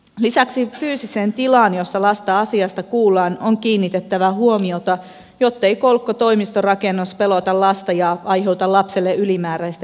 lisäksi fyysiseen tilaan jossa lasta asiasta kuullaan on kiinnitettävä huomiota jottei kolkko toimistorakennus pelota lasta ja aiheuta lapselle ylimääräistä jännitystä